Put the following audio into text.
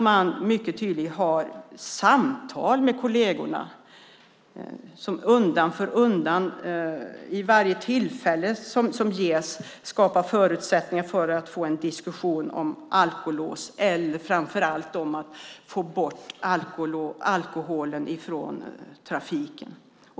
Man måste ha samtal med kollegerna och vid varje tillfälle skapa förutsättningar för en diskussion om alkolås eller, framför allt, om att få bort alkoholen från trafiken.